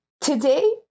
Today